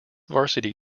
varsity